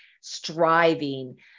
striving